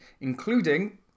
including